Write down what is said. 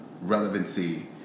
relevancy